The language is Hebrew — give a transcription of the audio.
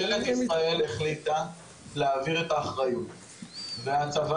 אמרתי שממשלת ישראל החליטה להעביר את האחריות והצבא